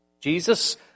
Jesus